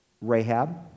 rahab